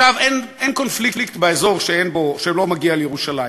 אין קונפליקט באזור שלא מגיע לירושלים.